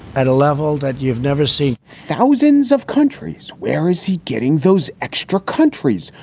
at a level that you've never seen thousands of countries. where is he getting those extra countries?